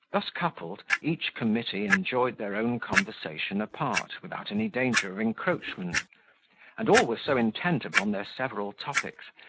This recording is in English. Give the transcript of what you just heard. thus coupled, each committee enjoyed their own conversation apart, without any danger of encroachment and all were so intent upon their several topics,